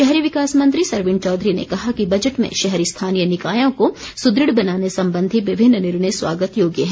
शहरी विकास मंत्री सरवीण चौधरी ने कहा कि बजट में शहरी स्थानीय निकायों को सुदृढ़ बनाने संबंधी विभिन्न निर्णय स्वागत योग्य हैं